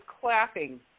clapping